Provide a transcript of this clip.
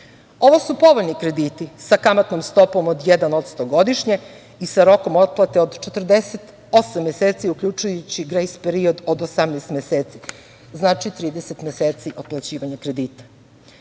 su povoljni krediti sa kamatnom stopom od 1% godišnje i sa rokom otplate od 48 meseci, uključujući grejs period od 18 meseci, znači 30 meseci otplaćivanja kredita. Fond